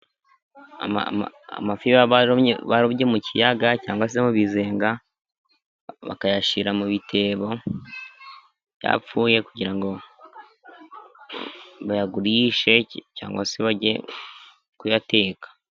Amafi barobye mu kiyaga cyangwa se mu bizenga bakayashyira mu bitebo yapfuye, kugira ngo bayagurishe cyangwa se bajye kuyateka.